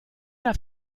era